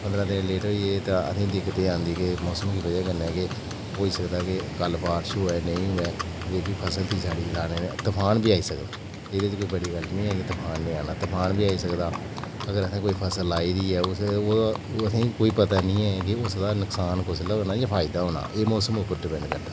पंदरां दिन लेट होई गे ते असें गी दिक्कत एह् औंदी ऐ होई सकदा ऐ कल्ल बारिश होऐ नेईं होऐ जेह्की फसल ही साढ़ी तुफान बी आई सकदा एह्दे च कोई बड़ी गल्ल नेईं ऐ कि तुफान नीं आई सकदा अगर असें कोई फसल लाई दी ऐ ओह् असें गी कोई पता नेईं कि ओसदा नुकसान कुसलै होनां जां फायदा होना एह् मौसम पर ड़िपैंड़ ऐ